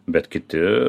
bet kiti